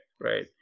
right